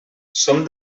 som